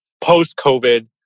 post-COVID